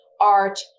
art